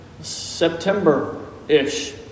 September-ish